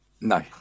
No